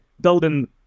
building